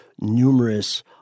numerous